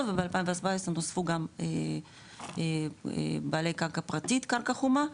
וב-2014 נוספו גם בעלי קרקע פרטית-קרקע חומה,